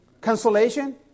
Consolation